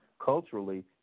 culturally